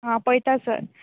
हां पळयतां सर